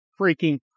freaking